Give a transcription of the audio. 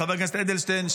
חבר הכנסת אדלשטיין,